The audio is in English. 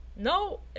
No